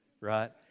right